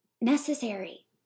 necessary